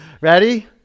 Ready